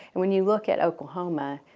and when you look at oklahoma,